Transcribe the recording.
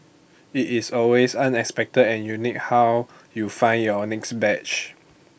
IT is always unexpected and unique how you find your next badge